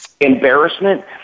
embarrassment